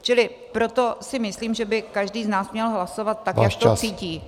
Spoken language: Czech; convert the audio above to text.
Čili proto si myslím, že by každý z nás měl hlasovat tak, jak to cítí.